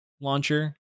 launcher